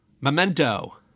Memento